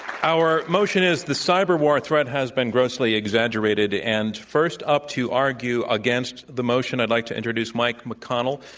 our motion is, the cyber war threat has been grossly exaggerated, and first up to argue against the motion, i'd like to introduce mike mcconnell.